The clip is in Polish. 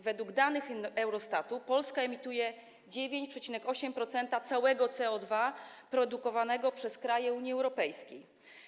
Według danych Eurostatu Polska emituje 9,8% całego CO2 produkowanego przez kraje Unii Europejskiej.